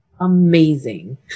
amazing